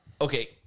Okay